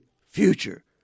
future